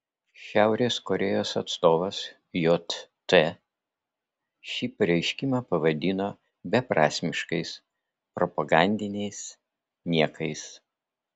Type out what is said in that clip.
šiaurės korėjos atstovas jt šį pareiškimą pavadino beprasmiškais propagandiniais niekais